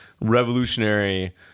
revolutionary